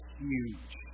huge